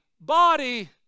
body